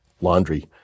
laundry